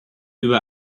über